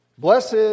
Blessed